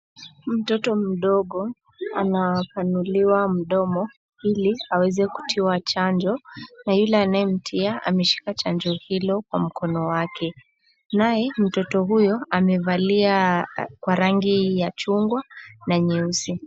Mtoto mdogo anapanuliwa mdomo ili aweze kutiwa chanjo na yule anayemtia ameshika chanjo hilo kwa mkono wake. Naye mtoto huyo amevalia kwa rangi ya chungwa na nyeusi.